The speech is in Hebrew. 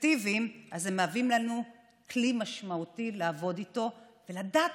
אפקטיביים אז הם משמשים לנו כלי משמעותי לעבוד איתו ולדעת